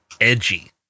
edgy